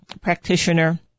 practitioner